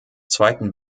zweiten